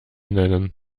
nennen